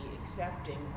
accepting